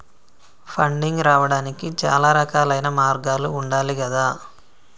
funding రావడానికి చాలా రకాలైన మార్గాలు ఉండాలి గదా